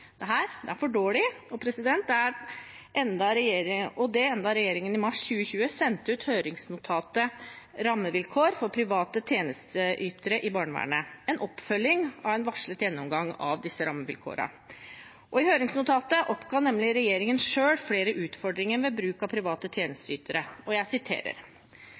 er for dårlig – og det enda regjeringen i mars 2020 sendte ut høringsnotatet «Rammevilkår for private tjenesteytere i barnevernet», en oppfølging av en varslet gjennomgang av disse rammevilkårene. I høringsnotatet oppga nemlig regjeringen selv flere utfordringer ved bruk av private tjenesteytere. Jeg siterer: